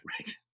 Right